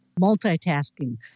multitasking